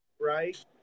Right